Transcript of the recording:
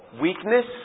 Weakness